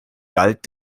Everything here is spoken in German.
galt